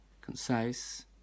concise